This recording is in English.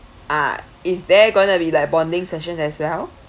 ah is there going to be like bonding sessions as well